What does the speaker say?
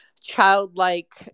childlike